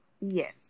Yes